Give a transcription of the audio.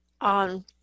on